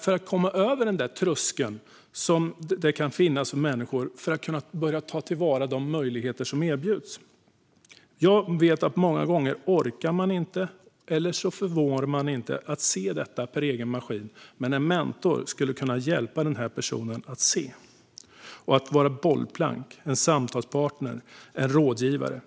för att komma över den tröskel som kan finnas för människor för att kunna börja ta till vara de möjligheter som erbjuds. Jag vet att man många gånger inte orkar eller inte förmår att se detta för egen maskin. Men en mentor skulle kunna hjälpa dessa personer att se och vara ett bollplank, en samtalspartner och en rådgivare.